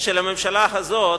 של הממשלה הזאת,